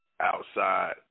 outside